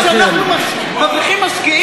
אתה אומר שאנחנו מבריחים משקיעים?